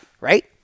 Right